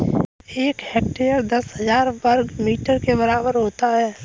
एक हेक्टेयर दस हजार वर्ग मीटर के बराबर होता है